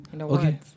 Okay